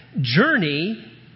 journey